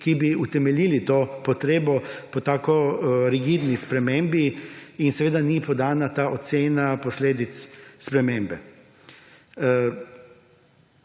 ki bi utemeljili to potrebo po tako rigidni spremembi, in seveda ni podana ta ocena posledic spremembe.